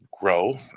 grow